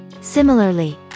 similarly